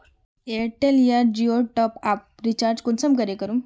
Airtel या जियोर top आप रिचार्ज कुंसम करे करूम?